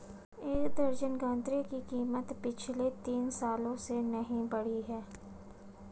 एक दर्जन गन्ने की कीमत पिछले तीन सालों से नही बढ़ी है